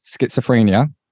schizophrenia